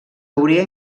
hauria